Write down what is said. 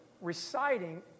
reciting